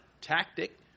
tactic